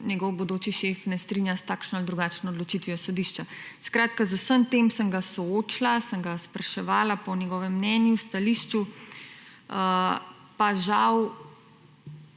njegov bodoči šef ne strinja s takšno ali drugačno odločitvijo sodišča. Skratka, z vsem tem sem ga soočila, sem ga spraševala po njegovem mnenju, stališču, pa žal